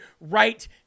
right